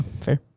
Fair